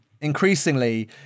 increasingly